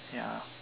ya